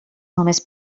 només